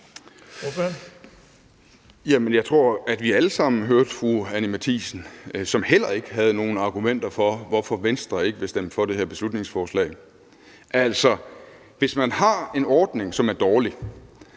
jeg tror, at vi alle sammen hørte fru Anni Matthiesen, som heller ikke havde nogen argumenter for, hvorfor Venstre ikke vil stemme for det her beslutningsforslag. Altså, hvis man har en ordning, som er dårlig,